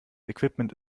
equipment